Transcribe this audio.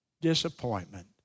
disappointment